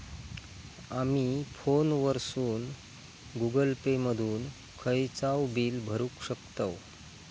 आमी फोनवरसून Google Pay मधून खयचाव बिल भरुक शकतव